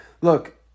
look